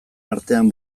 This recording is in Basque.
artean